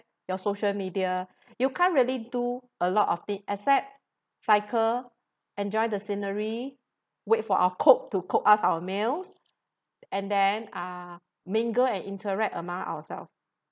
your social media you can't really do a lot of thing except cycle enjoy the scenery wait for our cook to cook us our meals and then uh mingle and interact among ourselves